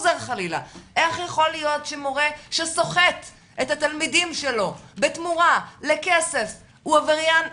איך יכול להיות מורה שסוחט את התלמידים שלו בתמורה לכסף הוא עבריין מין?